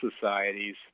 societies